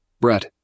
Brett